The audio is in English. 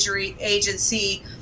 agency